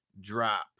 drop